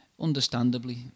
understandably